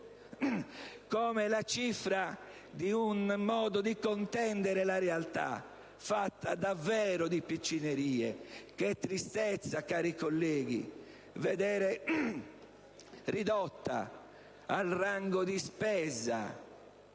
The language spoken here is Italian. la cifra di un modo di contendere la realtà fatta davvero di piccinerie. Che tristezza, cari colleghi, vedere ridotta al rango di spesa,